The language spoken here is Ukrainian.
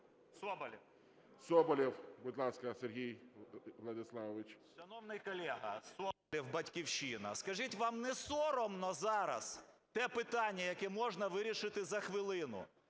Соболєв, будь ласка, Сергій Владиславович.